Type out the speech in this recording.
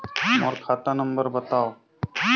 मोर खाता नम्बर बताव?